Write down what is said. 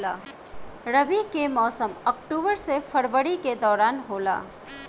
रबी के मौसम अक्टूबर से फरवरी के दौरान होला